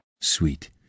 Sweet